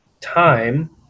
time